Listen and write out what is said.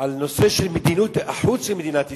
על נושא מדיניות החוץ של מדינת ישראל.